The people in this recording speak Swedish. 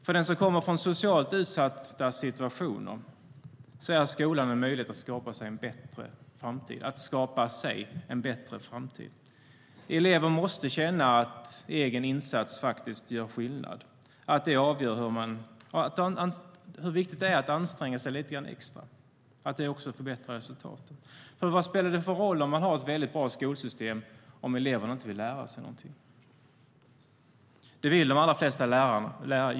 För den som kommer från socialt utsatta situationer är skolan en möjlighet att skapa sig en bättre framtid. Elever måste känna att egen insats gör skillnad och se hur viktigt det är att anstränga sig lite grann extra och att det också förbättrar resultatet. Vad spelar det för roll om man har ett väldigt bra skolsystem om eleverna inte vill lära sig någonting? Det vill de allra flesta göra.